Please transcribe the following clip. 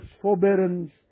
forbearance